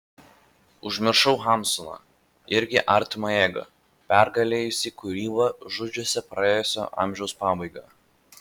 užmiršau hamsuną irgi artimą jėgą pergalėjusį kūrybą žudžiusią praėjusio amžiaus pabaigą